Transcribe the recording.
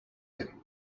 him